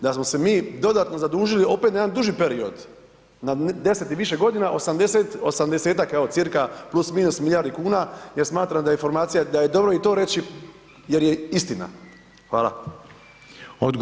Da smo se mi dodatno zadužili opet na jedan duži period, na 10 i više godina, 80, 80-tak evo cirka plus, minus milijardi kuna jer smatram da je formacija, da je dobro i to reći jer je istina.